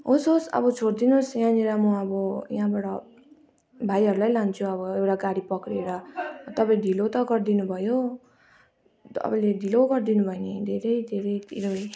होस् होस् अब छोड् दिनु होस् यहाँनेर म अब यहाँबाट भाइहरूलाई लान्छु अब एउटा गाडी पक्रेर तपाईँ ढिलो त गरिदिनु भयो तपाईँले ढिलो गरिदिनु भयो धेरै धेरै